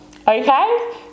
Okay